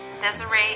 Desiree